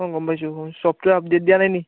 অঁ গম পাইছোঁ গম পাইছোঁ চফ্টৱেৰ আপদেট দিয়া নাই নি